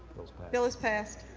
bill is passed.